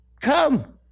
come